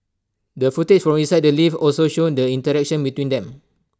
the footage from inside the lift also showed the interaction between them